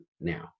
now